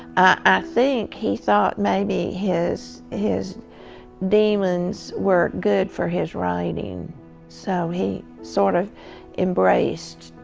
i think he thought maybe his his demons were good for his writing so he sort of embraced